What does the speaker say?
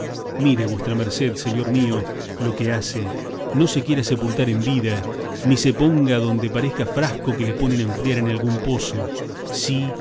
mire vuestra merced señor mío lo que hace no se quiera sepultar en vida ni se ponga adonde parezca frasco que le ponen a enfriar en algún pozo sí